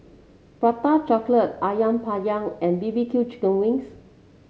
Prata Chocolate ayam Penyet and B B Q Chicken Wings